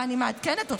ואני מעדכנת אותך,